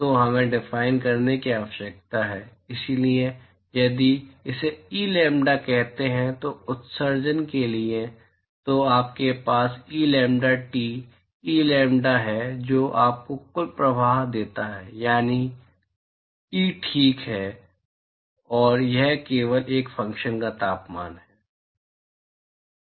तो हमें डिफाइन करने की आवश्यकता है इसलिए यदि इसे ई लैम्ब्डा कहते हैं तो उत्सर्जन के लिए तो आपके पास E lambda T E lambda है जो आपको कुल प्रवाह देता है यानी ई ठीक है और यह केवल एक फ़ंक्शन है तापमान का